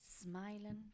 Smiling